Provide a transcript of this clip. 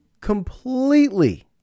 completely